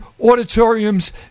auditoriums